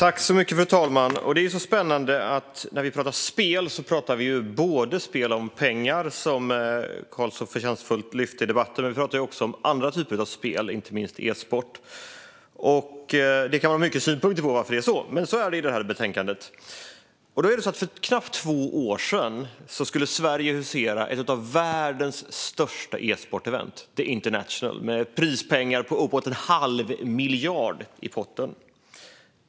Fru talman! Det är spännande - när vi pratar om spel pratar vi både om spel om pengar, som Carl så förtjänstfullt tog upp i debatten, och om andra typer av spel, inte minst e-sport. Man kan ha många synpunkter på att det är så, men så är det i detta betänkande. För knappt två år sedan skulle Sverige arrangera ett av världens största e-sportevent, The International, med prispengar på uppåt en halv miljard i potten.